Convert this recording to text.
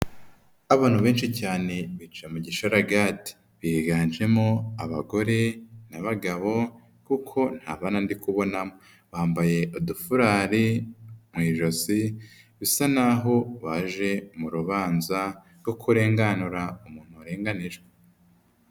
Abantu benshi cyane bicaye mu gisharagati. Biganjemo abagore n'abagabo kuko nta bana ndi kubonamo. Bambaye udufurari mu ijosi bisa naho baje mu rubanza rwo kurenganura umuntu warenganijwe.